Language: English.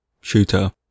shooter